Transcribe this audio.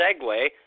segue